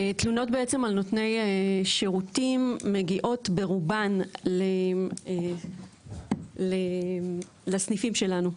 תלונות בעצם על נותני שירותים מגיעות ברובן לסניפים שלנו.